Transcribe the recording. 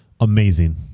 amazing